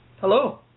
Hello